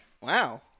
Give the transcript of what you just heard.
wow